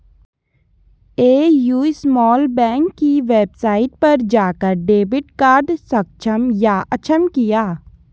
AU small bank की website पर जाकर डेबिट कार्ड सक्षम या अक्षम किया